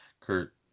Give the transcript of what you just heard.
Kurt